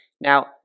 Now